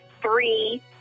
three